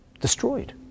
destroyed